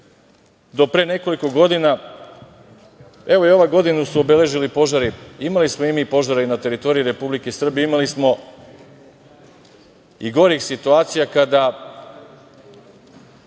do pre nekoliko godina, a evo i ove godine su obeležili požari, imali smo i mi požare i na teritoriji Republike Srbije, imali smo i gorih situacija kada